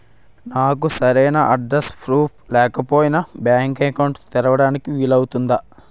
నాకు సరైన address proof లేకపోయినా బ్యాంక్ అకౌంట్ తెరవడానికి వీలవుతుందా?